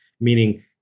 meaning